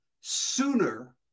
sooner